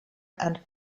and